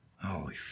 Holy